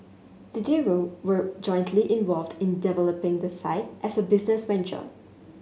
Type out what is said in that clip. the duo were jointly involved in developing the site as a business venture